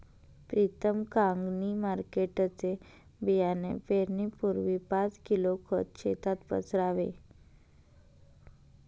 प्रीतम कांगणी मार्केटचे बियाणे पेरण्यापूर्वी पाच किलो खत शेतात पसरावे